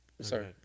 Sorry